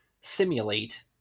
simulate